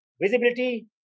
visibility